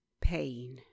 pain